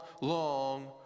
long